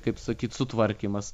kaip sakyt sutvarkymas